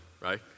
right